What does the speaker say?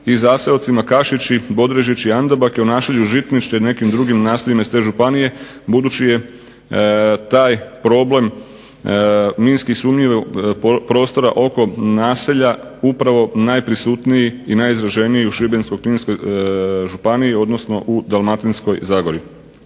i zaseocima Kašići, Bodrežići, Andabaki, u naselju Žitnište i nekim drugim naseljima iz te županije budući je taj problem minski sumnjivih prostora oko naselja upravo najprisutniji i najizraženiji u Šibensko-kninskoj županiji odnosno u Dalmatinskoj Zagori.